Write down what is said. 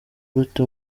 gute